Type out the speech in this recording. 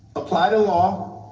apply to law,